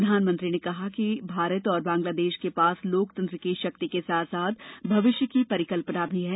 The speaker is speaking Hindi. प्रधानमंत्री ने कहा कि भारत और बांग्लादेश के पास लोकतंत्र की शक्ति के साथ साथ भविष्य की परिकल्पना भी है